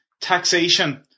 taxation